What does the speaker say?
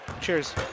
Cheers